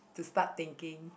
to start thinking